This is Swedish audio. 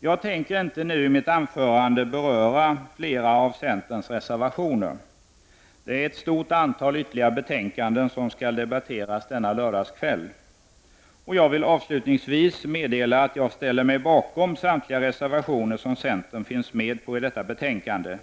Jag tänker inte nu i mitt anförande beröra fler av centerns reservationer. Det är ett stort antal ytterligare betänkanden som skall debatteras denna lördagskväll. Jag ställer mig bakom samtliga reservationer som centern finns med på i detta betänkande,